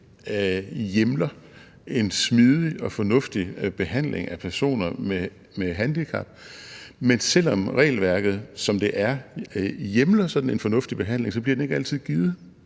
hjemler en smidig og fornuftig behandling af personer med handicap. Men selv om regelværket, som det er, hjemler sådan en fornuftig behandling, bliver den ikke altid givet,